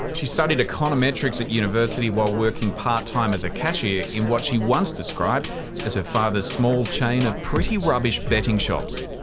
she studied econometrics at university while working part time as a cashier in what she once described as her father's small chain of pretty rubbish betting shops.